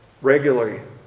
Regularly